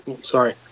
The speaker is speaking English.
sorry